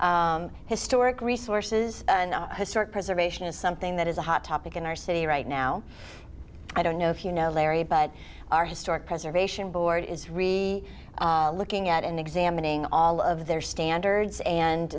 historic resources and historic preservation is something that is a hot topic in our city right now i don't know if you know larry but our historic preservation board is really looking at and examining all of their standards and